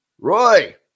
Roy